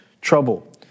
trouble